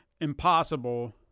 impossible